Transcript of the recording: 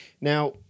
Now